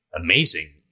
amazing